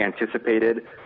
anticipated